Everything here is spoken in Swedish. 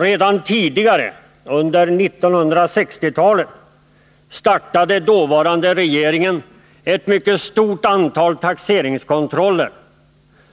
Redan tidigare, under 1960-talet, startade dåvarande regeringen ett mycket stort antal taxeringskontroller,